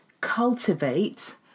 cultivate